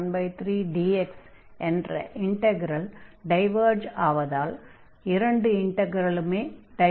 அதன்படி 11x13dx என்ற integral diverge ஆவதால் இரண்டு இன்டக்ரலுமே டைவர்ஜ் ஆக வேண்டும்